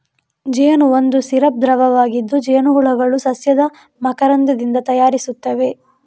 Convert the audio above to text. ಜೇನು ಒಂದು ಸಿರಪ್ ದ್ರವವಾಗಿದ್ದು, ಜೇನುಹುಳುಗಳು ಸಸ್ಯದ ಮಕರಂದದಿಂದ ತಯಾರಿಸುತ್ತವೆ